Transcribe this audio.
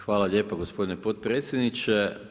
Hvala lijepa gospodine potpredsjedniče.